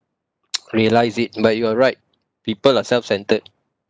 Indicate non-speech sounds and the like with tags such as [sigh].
[noise] realise it but you're right people are self-centred